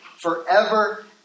forever